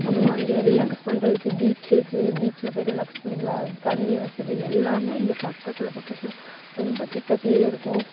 அப்புறமா இங்கே ரிலாக்ஸ் பண்ணுறதுக்கு பீச் இருக்குது பீச்சில் போய் ரிலாக்ஸ் பண்ணிக்கலாம் தண்ணி வசதி எல்லாமே இங்கே பக்கத்தில் பக்கத்தில் ரொம்ப கிட்டக்கவே இருக்கும்